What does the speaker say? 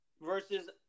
versus